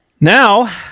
Now